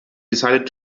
decided